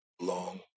long